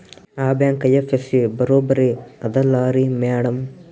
ಆ bank IFSC ಬರೊಬರಿ ಅದಲಾರಿ ಮ್ಯಾಡಂ?